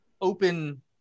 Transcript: open